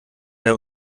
der